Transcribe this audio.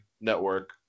Network